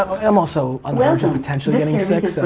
i'm also and um so potentionally getting sick, so.